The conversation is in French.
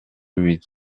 huit